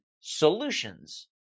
solutions